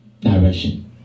direction